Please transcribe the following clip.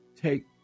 take